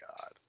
god